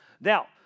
now